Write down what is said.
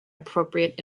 appropriate